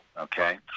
okay